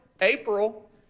April